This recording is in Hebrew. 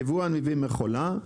יבואן מביא מכולה,